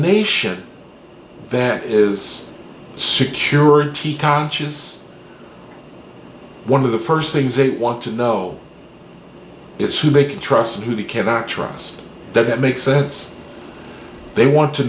nation that is security conscious one of the first things they want to know it's who they can trust and who we cannot trust that makes sense they want to